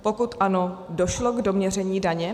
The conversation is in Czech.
Pokud ano, došlo k doměření daně?